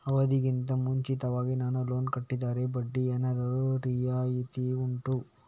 ಅವಧಿ ಗಿಂತ ಮುಂಚಿತವಾಗಿ ನಾನು ಲೋನ್ ಕಟ್ಟಿದರೆ ಬಡ್ಡಿ ಏನಾದರೂ ರಿಯಾಯಿತಿ ಉಂಟಾ